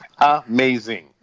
Amazing